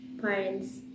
parents